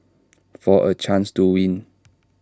for A chance to win